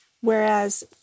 Whereas